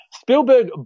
Spielberg